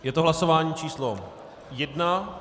Je to hlasování číslo 1.